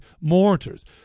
mortars